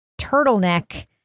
turtleneck